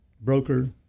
broker